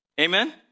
Amen